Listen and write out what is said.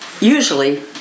usually